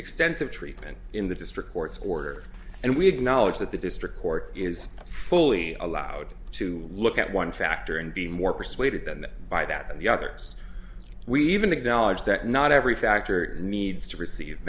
extensive treatment in the district court's order and we have knowledge that the district court is fully allowed to look at one factor and be more persuaded than that by that of the others we even acknowledge that not every factor needs to receive